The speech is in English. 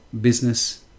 business